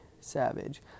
Savage